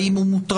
האם הוא מוטרד,